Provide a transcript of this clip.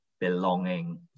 belonging